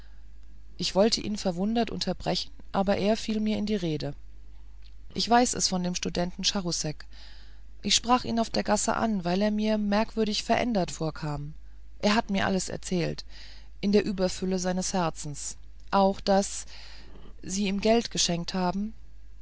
ich wollte ihn verwundert unterbrechen aber er fiel mir in die rede ich weiß es von dem studenten charousek ich sprach ihn auf der gasse an weil er mir merkwürdig verändert vorkam er hat mir alles erzählt in der überfülle seines herzens auch daß sie ihm geld geschenkt haben